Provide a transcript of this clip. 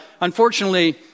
unfortunately